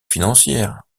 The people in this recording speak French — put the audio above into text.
financières